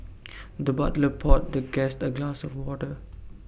the butler poured the guest A glass of water